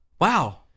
Wow